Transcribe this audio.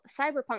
cyberpunk